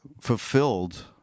fulfilled